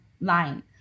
line